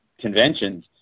conventions